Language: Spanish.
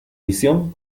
visión